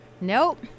nope